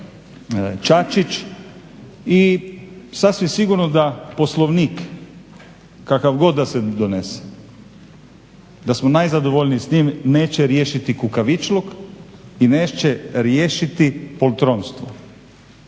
Čačić i sasvim sigurno da Poslovnik kakav god da se donese da smo najzadovoljniji s njim neće riješiti kukavičluk i neće riješiti poltronstvo.